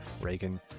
Reagan